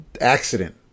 accident